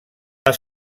les